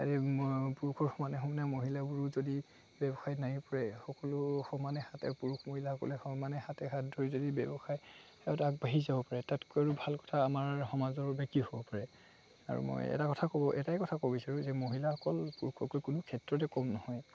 এই পুৰুষৰ সমানে সমানে মহিলাবোৰো যদি ব্যৱসায় নামি পৰে সকলো সমানে হাতে পুৰুষ মহিলাসকলে সমানে হাতে হাত ধৰি যদি ব্যৱসায়ত আগবাঢ়ি যাব পাৰে তাতকৈ আৰু ভাল কথা আমাৰ সমাজৰ বাবে হ'ব পাৰে আৰু মই এটা কথা ক'ব এটাই কথা ক'ব বিচাৰোঁ যে মহিলাসকল পুৰুষসকলতকৈ কোনো ক্ষেত্ৰতে কম নহয়